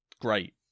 great